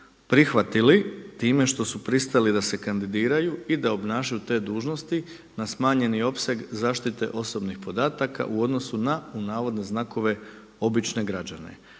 prihvatili time što su pristali da se kandidiraju i da obnašaju te dužnosti na smanjeni opseg zaštite osobnih podataka u odnosu na „obične“ građane.